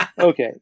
Okay